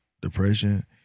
depression